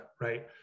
right